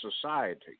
society